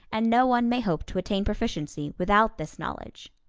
and no one may hope to attain proficiency without this knowledge.